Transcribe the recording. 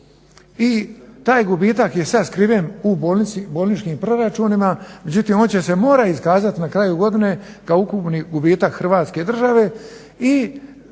i taj gubitak je sad skriven u bolničkim proračunima, međutim on će se morat iskazat na kraju godine kao ukupni gubitak Hrvatske države